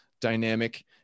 dynamic